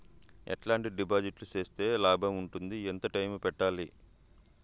ఎట్లాంటి డిపాజిట్లు సేస్తే లాభం ఉంటుంది? ఎంత టైము పెట్టాలి?